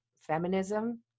feminism